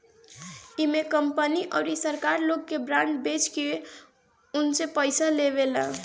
इमे कंपनी अउरी सरकार लोग के बांड बेच के उनसे पईसा लेवेला